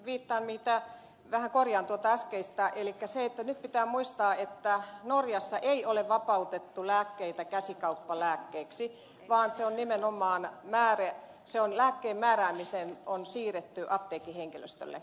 ihan ensiksi vähän korjaan tuota äskeistä elikkä nyt pitää muistaa että norjassa ei ole vapautettu lääkkeitä käsikauppalääkkeiksi vaan se on nimenomaan vääriä se on lääkkeen määrääminen on siirretty apteekkihenkilöstölle